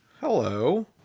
Hello